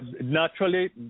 naturally